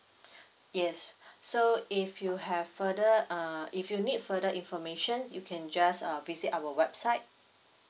yes so if you have further uh if you need further information you can just uh visit our website